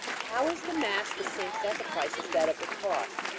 how is the mass the same sacrifice as that of the cross?